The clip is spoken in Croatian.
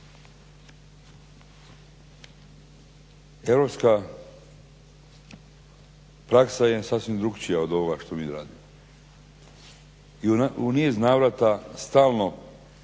Europska praksa je sasvim drukčija od ovoga što mi radimo. I u niz navrata stalno